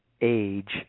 age